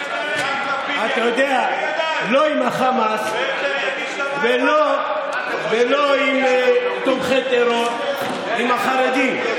לא עם החמאס ולא עם תומכי טרור, עם החרדים.